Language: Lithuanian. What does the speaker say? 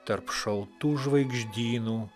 tarp šaltų žvaigždynų